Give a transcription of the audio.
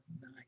nice